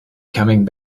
coming